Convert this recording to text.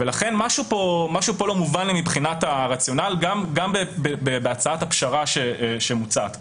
לכן משהו פה לא מובן לי מבחינת הרציונל גם בהצעת הפשרה שמוצעת כאן.